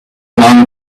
long